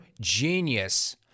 genius